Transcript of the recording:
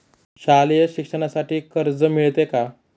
शालेय शिक्षणासाठी कर्ज मिळते का?